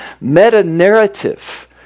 meta-narrative